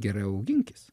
gerai auginkis